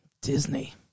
Disney